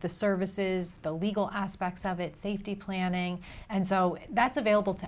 the services the legal aspects of it safety planning and so that's available to